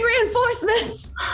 reinforcements